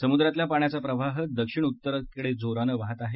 समुद्रातल्या पाण्याचा प्रवाह हा दक्षिण उत्तर जोराने वाहत आहे